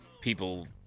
people